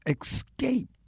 escape